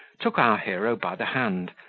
took our hero by the hand,